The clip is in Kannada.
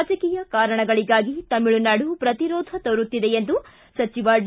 ರಾಜಕೀಯ ಕಾರಣಗಳಿಗಾಗಿ ತಮಿಳುನಾಡು ಪ್ರತಿರೋಧ ತೋರುತ್ತಿದೆ ಎಂದು ಸಚಿವ ಡಿ